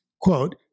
quote